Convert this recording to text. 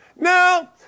Now